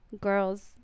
Girls